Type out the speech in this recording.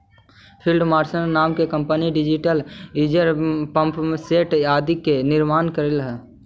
field marshal नाम के company diesel engine, pump set आदि के निर्माण करऽ हई